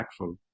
impactful